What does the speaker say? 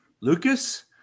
Lucas